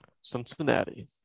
Cincinnati